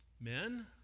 Men